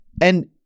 And-